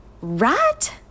Right